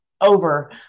over